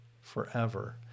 forever